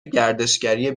گردشگری